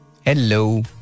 Hello